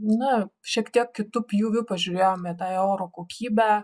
na šiek tiek kitu pjūviu pažiūrėjom į tą oro kokybę